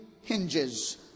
hinges